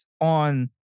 on